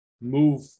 move